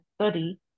study